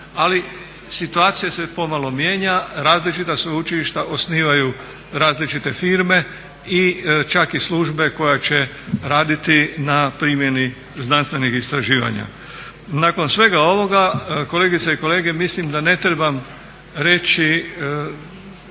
Ali situacija se pomalo mijenja, različita sveučilišta osnivaju različite firme i čak i službe koja će raditi na primjeni znanstvenih istraživanja. Nakon svega ovoga kolegice i kolege mislim da ne trebam reći,